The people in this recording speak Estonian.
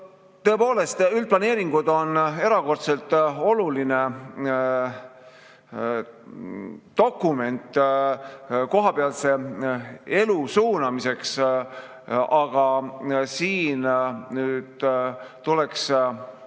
Tõepoolest, üldplaneeringud on erakordselt oluline dokument kohapealse elu suunamiseks. Aga siin tuleks